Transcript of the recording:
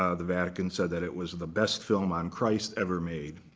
ah the vatican said that it was the best film on christ ever made,